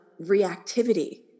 reactivity